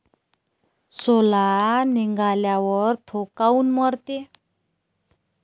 सोला निघाल्यावर थो काऊन मरते?